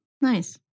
Nice